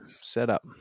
setup